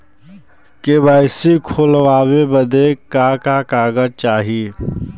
KYC खोलवावे बदे का का कागज चाही?